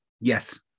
Yes